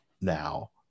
now